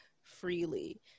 freely